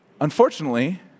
Unfortunately